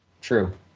True